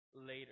later